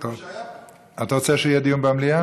אתה רוצה שיהיה דיון במליאה?